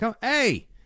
Hey